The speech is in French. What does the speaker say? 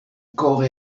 corps